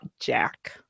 Jack